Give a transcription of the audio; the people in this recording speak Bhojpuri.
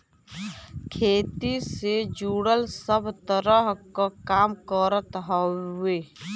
खेती से जुड़ल सब तरह क काम करत हउवे